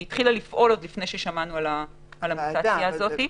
הוועדה התחילה לפעול עוד לפני ששמענו על המוטציה הזאת.